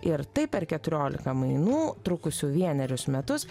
ir taip per keturiolika mainų trukusių vienerius metus